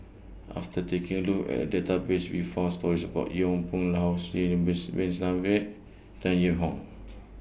after taking A Look At The Database We found stories about Yong Pung How Sidek Base Bin Saniff Tan Yee Hong